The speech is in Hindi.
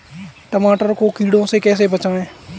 टमाटर को कीड़ों से कैसे बचाएँ?